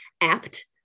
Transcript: apt